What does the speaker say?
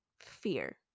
Fear